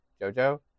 Jojo